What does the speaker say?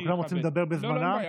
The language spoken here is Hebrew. וכולם רוצים לדבר בזמנם.